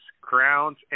crowns